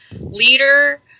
Leader